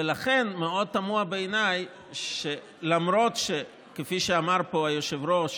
ולכן מאוד תמוה בעיניי שלמרות שכפי שאמר פה היושב-ראש